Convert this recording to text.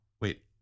Wait